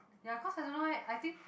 ya cause I don't know eh I think